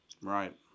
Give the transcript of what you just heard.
Right